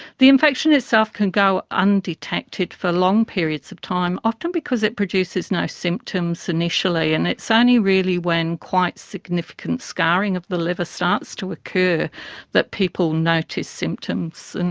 the infection itself can go undetected for long periods of time, often because it produces no symptoms initially, and it's ah only really when quite significant scarring of the liver starts to occur that people notice symptoms. and